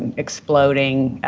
and exploding.